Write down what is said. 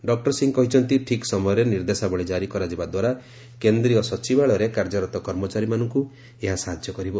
doctor Singh କହିଛନ୍ତି ଠିକ୍ ସମୟରେ ନିର୍ଦ୍ଦେଶାବଳୀ କାରି କରାଯିବା ଦ୍ୱାରା କେନ୍ଦ୍ରୀୟ ସଚିବାଳୟରେ କାର୍ଯ୍ୟରତ କର୍ମଚାରୀମାନଙ୍କୁ ଏହା ସହାଯ୍ୟ କରିବ